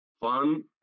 fun